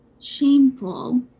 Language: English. shameful